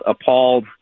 appalled